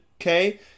okay